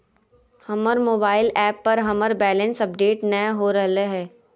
हमर mobile app पर हमर बैलेंस अपडेट नय हो रहलय हें